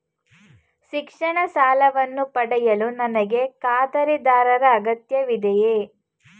ಶಿಕ್ಷಣ ಸಾಲವನ್ನು ಪಡೆಯಲು ನನಗೆ ಖಾತರಿದಾರರ ಅಗತ್ಯವಿದೆಯೇ?